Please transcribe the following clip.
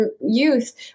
youth